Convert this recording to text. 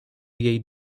jej